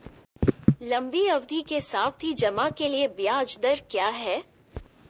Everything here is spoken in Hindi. लंबी अवधि के सावधि जमा के लिए ब्याज दर क्या है?